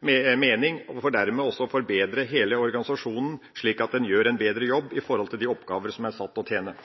mening – for dermed også å forbedre hele organisasjonen, slik at en gjør en bedre jobb knyttet til de oppgavene en er satt til å tjene.